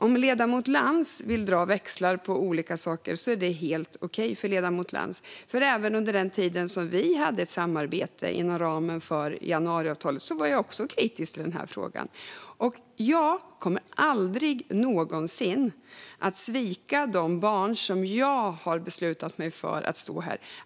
Om ledamoten Lantz vill dra växlar på olika saker är det helt okej, för jag var kritisk i den här frågan även under den tid som vi hade ett samarbete inom ramen för januariavtalet. Jag kommer aldrig någonsin att svika de barn som gjorde att jag beslutade mig för att stå här.